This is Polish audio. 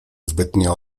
zbytnio